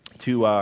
to